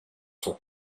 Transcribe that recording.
sont